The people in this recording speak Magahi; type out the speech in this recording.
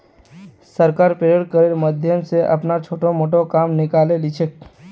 सरकार पेरोल करेर माध्यम स अपनार छोटो मोटो काम निकाले ली छेक